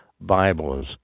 Bibles